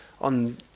on